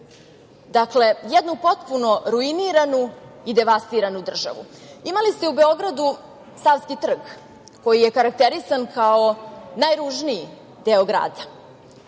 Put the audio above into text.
Dakle, jednu potpuno ruiniranu i devastiranu državu.U Beogradu ste imali Savski trg, koji je karakterisan kao najružniji deo grada.